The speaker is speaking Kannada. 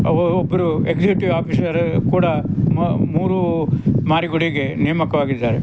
ಅವು ಒಬ್ಬರು ಎಕ್ಸುಟಿವ್ ಆಫೀಸರು ಕೂಡ ಮ ಮೂರು ಮಾರಿಗುಡಿಗೆ ನೇಮಕವಾಗಿದ್ದಾರೆ